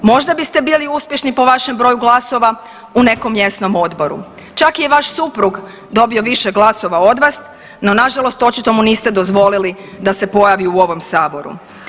Možda biste bili uspješni po vašem broju glasova u nekom mjesnom odboru, čak je i vaš suprug dobio više glasova od vas, no nažalost očito mu niste dozvoli da se pojavi u ovom saboru.